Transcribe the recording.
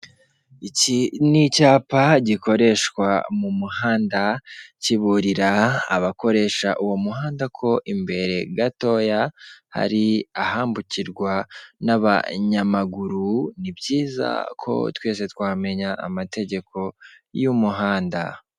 Iki ni icyapa gikoreshwa mu muhanda kiburira abakoresha uwo muhanda ko imbere gatoya hari ahambukirwa n'abanyamaguru ni byiza ko twese twamenya amategeko y'umuhanda.